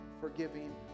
forgiving